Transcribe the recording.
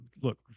look